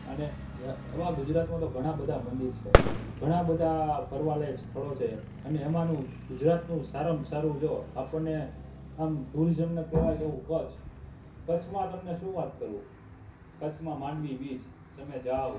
અને એવાં ગુજરાતમાં તો ઘણાં બધાં મંદિર છે ઘણાં બધાં ફરવાલાયક સ્થળો છે અને એમાનું ગુજરાતનું સારામાં સારું જો આપણને આમ ટૂરિઝમને કહેવાય એવું કચ્છ કચ્છમાં તમને શું વાત કરું કચ્છમાં માંડવી બીચ તમે જાઓ